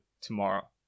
tomorrow